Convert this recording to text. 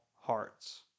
hearts